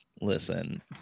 listen